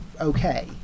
okay